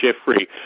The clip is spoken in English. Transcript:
Jeffrey